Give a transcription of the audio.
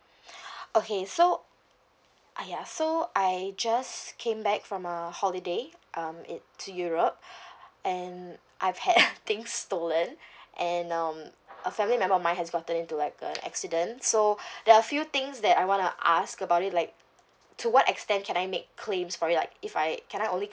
okay so !aiya! so I just came back from a holiday um it to europe and I've had things stolen and um a family member of mine has gotten into like a accident so there are a few things that I want to ask about it like to what extent can I make claims for it like if I can I only